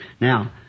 Now